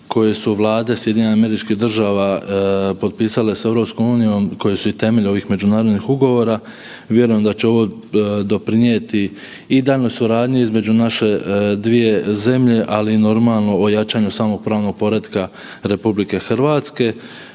koje su vlade SAD-a potpisale sa EU koje su i temelj ovih međunarodnih ugovora vjerujem da će ovo doprinijeti i daljnjoj suradnji između naše dvije zemlje, ali i normalno o jačanju samog pravnog poretka RH. Tako